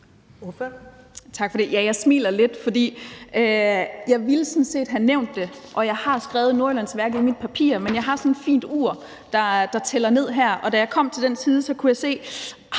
jeg smiler lidt, for jeg ville sådan set have nævnt det, og jeg har skrevet Nordjyllandsværket i mine papirer, men jeg har sådan et fint ur, der tæller ned her, og da jeg kom til den side, kunne jeg se,